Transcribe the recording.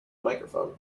microphone